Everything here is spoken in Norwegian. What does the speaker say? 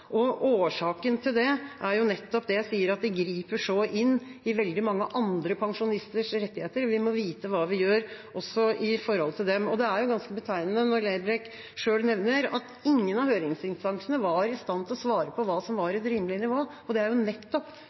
Årsaken til det er nettopp det jeg sier, at det griper så inn i veldig mange andre pensjonisters rettigheter. Vi må vite hva vi gjør også i forhold til dem. Det er ganske betegnende når Lerbrekk selv nevner at ingen av høringsinstansene var i stand til å svare på hva som er et rimelig nivå. Det er nettopp